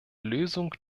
lösung